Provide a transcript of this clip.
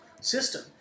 system